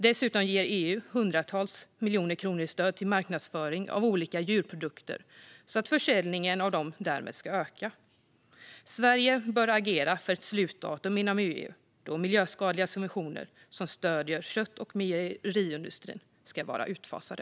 Dessutom ger EU hundratals miljoner kronor i stöd till marknadsföring av olika djurprodukter för att försäljningen av dem ska öka. Sverige bör agera för ett slutdatum inom EU då miljöskadliga subventioner som stöder kött och mejeriindustrin ska vara utfasade.